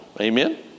Amen